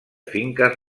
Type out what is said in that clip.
finques